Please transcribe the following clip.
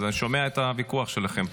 אני שומע את הוויכוח שלכם.